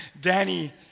Danny